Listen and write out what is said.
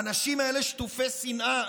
האנשים האלה שטופי שנאה.